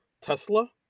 Tesla